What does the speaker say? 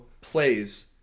plays